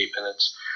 minutes